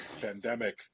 pandemic